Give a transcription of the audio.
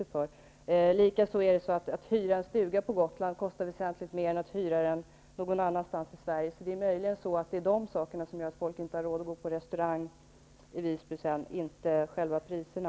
Det kostar dessutom väsentligt mera att hyra en stuga på Gotland än att hyra en stuga någon annanstans i Sverige. Det är förmodligen dessa faktorer som gör att folk inte har råd att gå på restaurang i Visby och inte själva priserna.